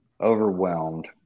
overwhelmed